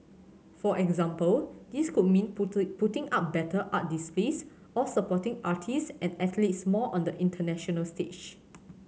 for example this could mean putter putting up better art displays or supporting artist and athletes more on the international stage